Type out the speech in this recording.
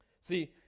See